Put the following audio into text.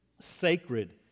sacred